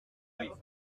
temps